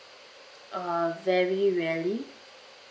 uh very rarely